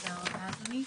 תודה רבה אדוני.